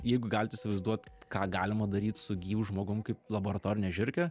jeigu galit įsivaizduot ką galima daryt su gyvu žmogum kaip laboratorine žiurke